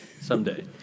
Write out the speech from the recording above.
Someday